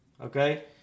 Okay